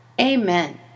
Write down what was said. Amen